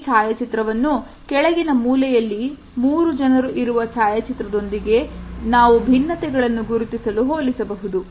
ಈ ಛಾಯಾಚಿತ್ರವನ್ನು ಕೆಳಗಿನ ಮೂಲೆಯಲ್ಲಿ ಮೂರು ಜನರು ಇರುವ ಛಾಯಾಚಿತ್ರದೊಂದಿಗೆ ನಾವು ಭಿನ್ನತೆಗಳನ್ನು ಗುರುತಿಸಲು ಹೋಲಿಸಬಹುದು